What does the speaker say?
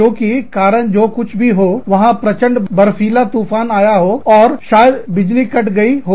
क्योंकि कारण जो कुछ भी हो वहां प्रचंड बर्फीला तूफान आया हो और शायद बिजली कट गई हो